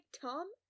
Tom